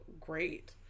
great